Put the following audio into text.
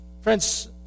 Friends